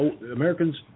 Americans